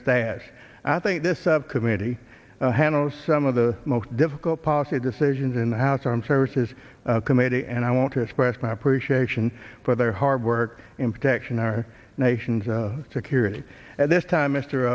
stash i think this committee handles some of the most difficult policy decisions in the house armed services committee and i want to express my appreciation for their hard work in protection our nation's curator at this time mr